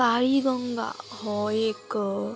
काळी गंगा हो एक